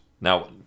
Now